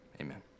amen